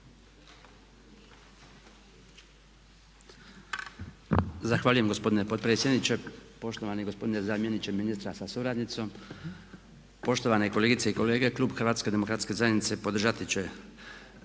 Zahvaljujem gospodine potpredsjedniče. Poštovani gospodine zamjeniče ministra sa suradnicom, poštovane kolegice i kolege Klub HDZ-a podržati će